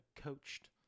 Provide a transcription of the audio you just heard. coached